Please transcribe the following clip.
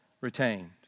retained